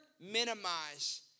minimize